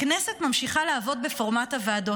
הכנסת ממשיכה לעבוד בפורמט הוועדות.